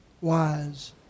wise